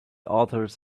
authors